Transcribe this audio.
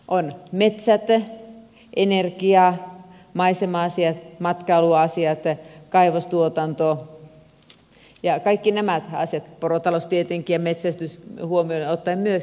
on metsät energia maisema asiat matkailuasiat kaivostuotanto porotalous ja metsästys ja kaikki nämä naiset porotalous tietenkin metsästys huomiota asiat